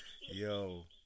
Yo